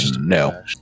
no